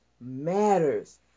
matters